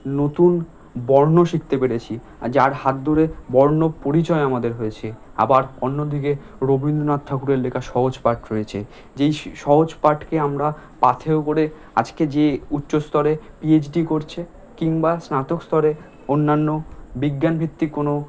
নতুন বর্ণ শিখতে পেরেছি আর যার হাত ধরে বর্ণপরিচয় আমাদের হয়েছে আবার অন্যদিকে রবীন্দ্রনাথ ঠাকুরের লেখা সহজপাঠ রয়েছে যেই স সহজপাঠকে আমরা পাথেয় করে আজকে যে উচ্চস্তরে পিএইচডি করছে কিংবা স্নাতক স্তরে অন্যান্য বিজ্ঞান ভিত্তিক কোনো